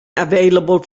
available